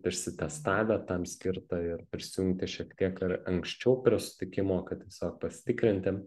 išsitestavę tam skirta ir prisijungti šiek tiek ar anksčiau prie sutikimo kad tiesiog pasitikrinti